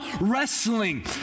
wrestling